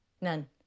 None